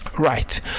right